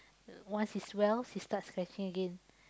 once it's swells she starts scratching again